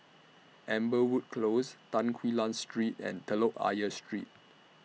Amberwood Close Tan Quee Lan Street and Telok Ayer Street